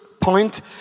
point